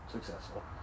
successful